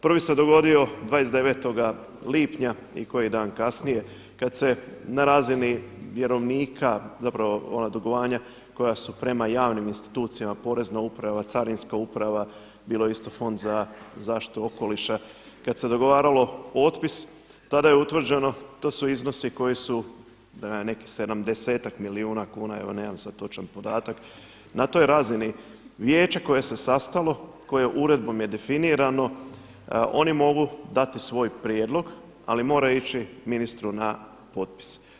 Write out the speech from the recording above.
Prvi se dogodio 29. lipnja i koji dan kasnije kada se na razini vjerovnika, zapravo ona dugovanja koja su prema javnim institucijama porezna uprava, carinska uprava, bilo isto fond za zaštitu okoliša, kada se dogovaralo otpis tada je utvrđeno to su iznosi koji su, nekih 70-ak milijuna kuna, evo nemam sada točan podatak, na toj razini, vijeće koje se sastalo, koje uredbom je definirano oni mogu dati svoj prijedlog ali moraju ići ministru na potpis.